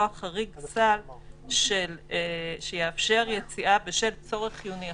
חריג סל שיאפשר יציאה בשל צורך חיוני אחר,